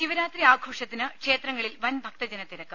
ശിവരാത്രി ആഘോഷത്തിന് ക്ഷേത്രങ്ങളിൽ വൻ ഭക്തജന തിരക്ക്